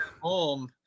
home